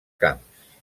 camps